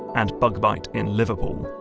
and bug-byte in liverpool.